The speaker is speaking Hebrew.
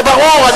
זה ברור.